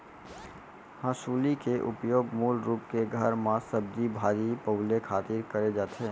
हँसुली के उपयोग मूल रूप के घर म सब्जी भाजी पउले खातिर करे जाथे